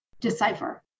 decipher